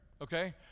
Okay